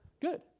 Good